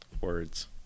words